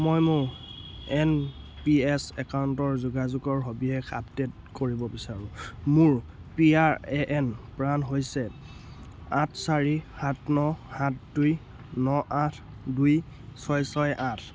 মই মোৰ N P S একাউণ্টৰ যোগাযোগৰ সবিশেষ আপডেট কৰিব বিচাৰোঁ মোৰ P R A N PRAN হৈছে আঠ চাৰি সাত ন সাত দুই ন আঠ দুই ছয় ছয় আঠ